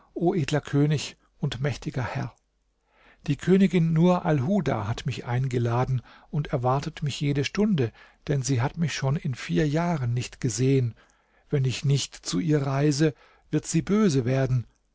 könig und mächtiger herr die königin nur alhuda hat mich eingeladen und erwartet mich jede stunde denn sie hat mich schon in vier jahren nicht gesehen wenn ich nicht zu ihr reise wird sie böse werden